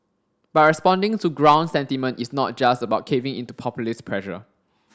but responding to ground sentiment is not just about caving into populist pressure